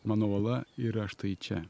mano uola yra štai čia